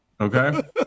Okay